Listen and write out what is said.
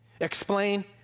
Explain